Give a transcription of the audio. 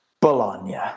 Bologna